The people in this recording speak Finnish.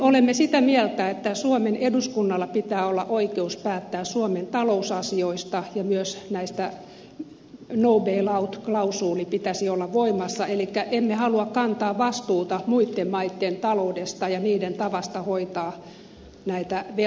olemme sitä mieltä että suomen eduskunnalla pitää olla oikeus päättää suomen talousasioista ja myös no bail out klausuulin pitäisi olla voimassa elikkä emme halua kantaa vastuuta muitten maitten taloudesta ja niiden tavasta hoitaa velkojaan